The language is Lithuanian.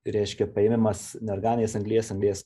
reiškia paėmimas neorganinės anglies anglies